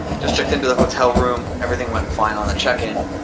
just checked into the hotel room, everything went fine on the check-in.